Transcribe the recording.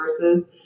versus